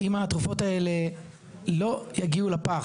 אם התרופות האלה לא יגיעו לפח,